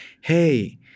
Hey